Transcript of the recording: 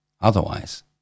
Otherwise